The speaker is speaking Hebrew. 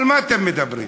על מה אתם מדברים?